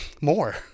more